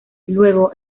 luego